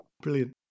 brilliant